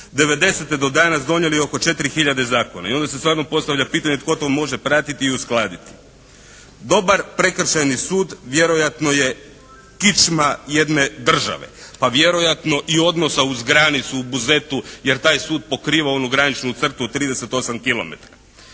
'90. do danas donijeli oko 4 hiljade zakona. I onda se stvarno postavlja pitanje tko to može pratiti i uskladiti. Dobar prekršajni sud vjerojatno je kičma jedne države, pa vjerojatno i odnosa uz granicu u Buzetu jer taj sud pokriva onu graničnu crtu od 38